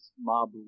mob